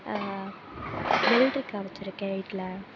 வெள்ளரிக்கா வெச்சுருக்கேன் வீட்டில்